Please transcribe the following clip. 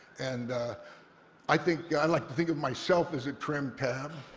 and i think i like to think of myself as a trim tab.